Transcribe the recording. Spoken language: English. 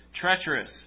treacherous